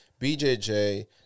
BJJ